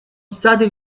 stati